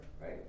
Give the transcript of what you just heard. Right